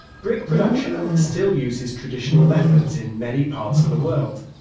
brick production still uses traditional methods in many parts of the world,